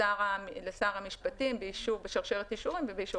לשר המשפטים בשרשרת אישורים ובאישור